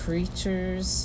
Creatures